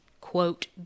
quote